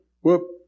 whoop